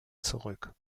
zurück